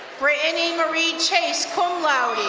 brittany marie chase, cum laude.